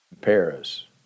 Paris